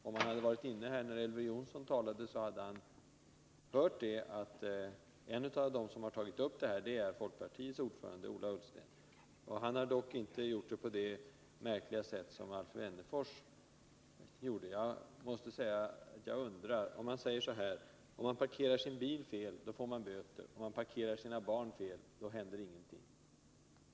Om han hade varit inne när Elver Jonsson talade, hade han hört att en av dem som har tagit upp denna sak är folkpartiets ordförande Ola Ullsten. Han har dock inte gjort det på samma märkliga sätt som Alf Wennerfors. Om man parkerar sin bil fel får man böter, om man parkerar sina barn fel, då händer ingenting, sade han.